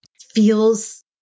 feels